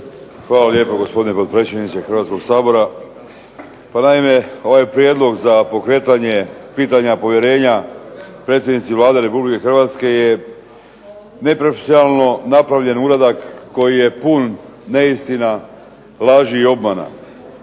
Hvala lijepo, gospodine potpredsjedniče Hrvatskoga sabora. Pa naime, ovaj Prijedlog za pokretanje pitanja povjerenja predsjednici Vlade Republike Hrvatske je neprofesionalno napravljen uradak koji je pun neistina, laži i obmana